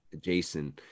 Jason